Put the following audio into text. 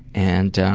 and